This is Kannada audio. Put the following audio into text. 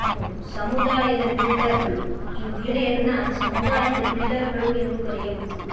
ಮೂರು ಸಮುದಾಯದ ಬಿಲ್ಡರ್ಗಳು ಈ ಮಹಿಳೆಯರನ್ನ ಸಮುದಾಯದ ಬಿಲ್ಡರ್ಗಳು ಎಂದು ಕರೆಯಬಹುದು